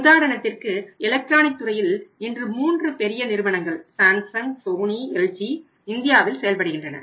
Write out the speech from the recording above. உதாரணத்திற்கு எலக்ட்ரானிக் துறையில் இன்று 3 பெரிய நிறுவனங்கள் சாம்சங் சோனி எல்ஜி இந்தியாவில் செயல்படுகின்றன